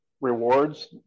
rewards